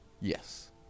Yes